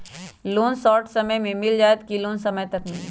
Loan short समय मे मिल जाएत कि लोन समय तक मिली?